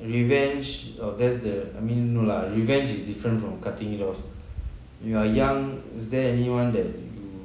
revenge oh that's the I mean no lah revenge is different from cutting it all you are young is there anyone that you